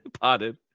Potted